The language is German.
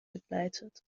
begleitet